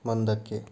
ಮುಂದಕ್ಕೆ